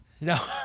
No